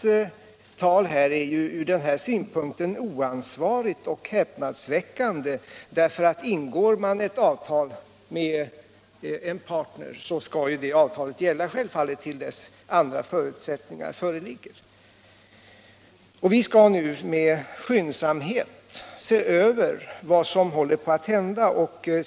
här säger är ur denna synpunkt oansvarigt och häpnadsväckande. Ingår man ett avtal med en partner, skall det avtalet självfallet gälla till dess att andra förutsättningar föreligger. Vi skall nu med skyndsamhet analysera vad som händer i branschen.